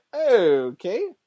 okay